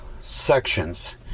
sections